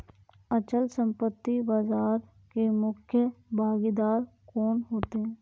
अचल संपत्ति बाजार के मुख्य भागीदार कौन होते हैं?